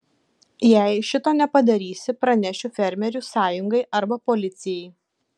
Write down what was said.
jei šito nepadarysi pranešiu fermerių sąjungai arba policijai